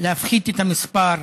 להפחית את המספר,